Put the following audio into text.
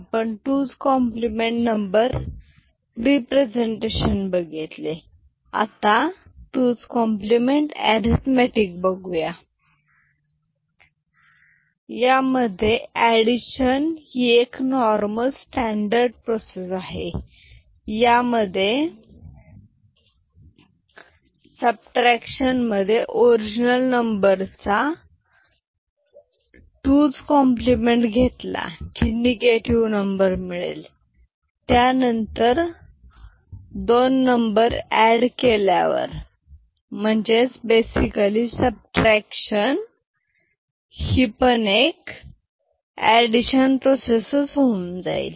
आपण 2s complement number representation बघितले आता 2s कॉम्प्लिमेंट अरिथमॅटिक पाहूया यामध्ये एडिशन नॉर्मल स्टॅंडर्ड प्रोसेस आहे आणि संरक्षण मध्ये ओरिजनल नंबरचा 2s कॉम्प्लिमेंट घेतला की निगेटिव नंबर मिळेल त्यानंतर दोन नंबर एड केल्यावर येईल म्हणजेच बेसिकली सबट्रॅक्शन ही पण एक एडिशन प्रोसेस होईल